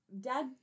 Dad